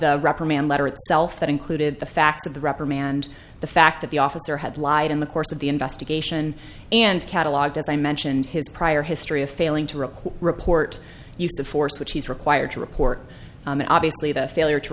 the reprimand letter itself that included the fact of the reprimand the fact that the officer had lied in the course of the investigation and catalogued as i mentioned his prior history of failing to report report use of force which he is required to report and obviously the failure to